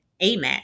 AMAT